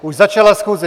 Už začala schůze.